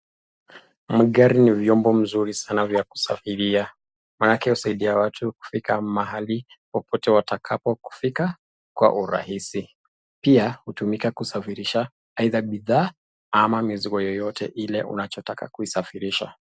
Magari ni vyombo mzuri sana vya kusafiria manake husaidia watu kufika mahali popote watakapo kufika kwa urahisi. Pia hutumika kusafirisha aidha bidhaa ama mizigo yoyote ile unachotaka kuisafirisha.